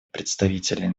представителей